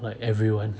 like everyone